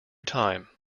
time